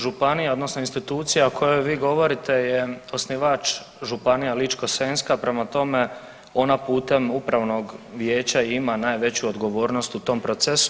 Županija odnosno institucija o kojoj vi govorite je osnivač županija Ličko-senjska, prema tome ona putem upravnog vijeća ima najveću odgovornost u tom procesu.